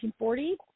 1940